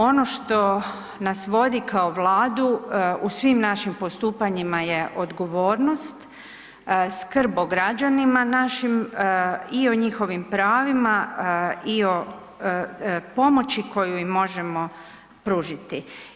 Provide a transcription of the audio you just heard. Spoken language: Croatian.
Ono što nas vodi kao Vladu u svim našim postupanjima je odgovornost, skrb o građanima našim i o njihovim pravima i o pomoći koju im možemo pružiti.